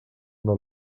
del